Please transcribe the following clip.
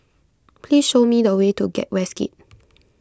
please show me the way to get Westgate